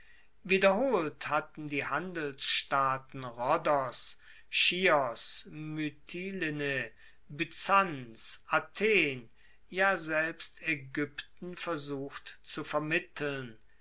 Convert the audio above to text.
wiederholt hatten die handelsstaaten rhodos chios mytilene byzanz athen ja selbst aegypten versucht zu vermitteln